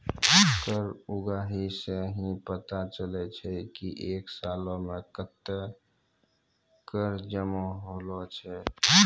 कर उगाही सं ही पता चलै छै की एक सालो मे कत्ते कर जमा होलो छै